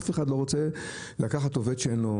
אף אחד לא רוצה לקחת עובד שאין לו